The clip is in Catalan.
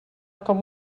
com